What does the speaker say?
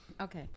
Okay